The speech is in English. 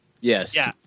yes